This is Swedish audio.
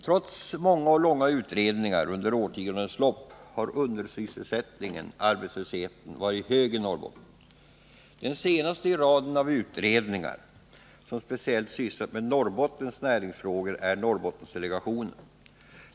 Trots många och långa utredningar under årtiondenas lopp har arbetslösheten varit hög i Norrbotten. Den senaste i raden av utredningar som speciellt har sysslat med Norrbottens näringsfrågor är Norrbottendelegationen.